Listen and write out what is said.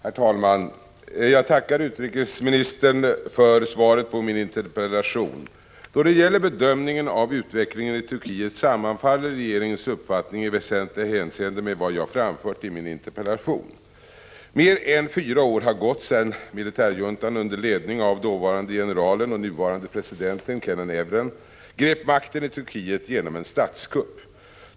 Herr talman! Jag tackar utrikesministern för svaret på min interpellation. Då det gäller bedömningen av utvecklingen i Turkiet sammanfaller regeringens uppfattning i väsentliga hänseenden med vad jag framfört i min interpellation. Mer än fyra år har gått sedan militärjuntan under ledning av dåvarande generalen och nuvarande presidenten Kenan Evren grep makten i Turkiet genom en statskupp.